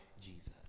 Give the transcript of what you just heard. Jesus